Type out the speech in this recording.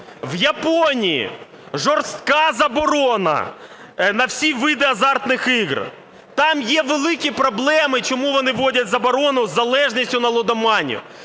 В Японії жорстка заборона на всі види азартних ігор, там є великі проблеми, чому вони вводять заборону, із залежністю на лудоманів.